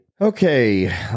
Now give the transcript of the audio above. okay